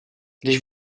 když